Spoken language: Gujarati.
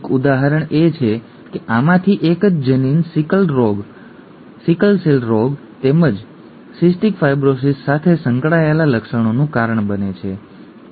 એક ઉદાહરણ એ છે કે આમાંથી એક જ જનીન સિકલ સેલ રોગ તેમજ સિસ્ટિક ફાઇબ્રોસિસ સાથે સંકળાયેલા લક્ષણોનું કારણ બને છે ઠીક છે